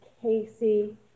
casey